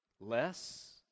less